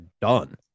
done